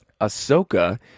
Ahsoka